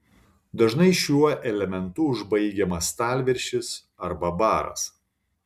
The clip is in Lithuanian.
dažnai šiuo elementu užbaigiamas stalviršis arba baras